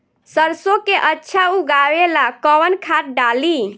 सरसो के अच्छा उगावेला कवन खाद्य डाली?